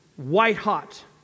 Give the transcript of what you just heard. white-hot